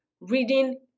reading